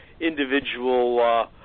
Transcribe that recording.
individual